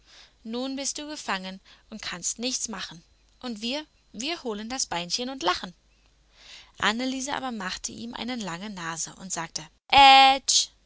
nun bist du gefangen und kannst nichts machen und wir wir holen das beinchen und lachen anneliese aber machte ihm eine lange nase und sagte